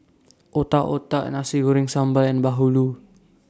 Otak Otak Nasi Goreng Sambal and Bahulu